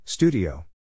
Studio